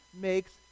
makes